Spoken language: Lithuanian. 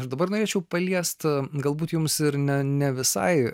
aš dabar norėčiau paliest galbūt jums ir ne ne visai